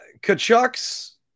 Kachuk's